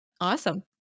Awesome